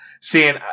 seeing